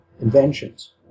inventions